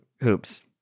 Hoops